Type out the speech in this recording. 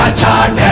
ah time